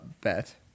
bet